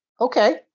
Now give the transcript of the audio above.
okay